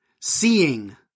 seeing